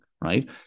right